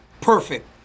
perfect